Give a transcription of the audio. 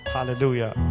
Hallelujah